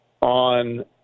on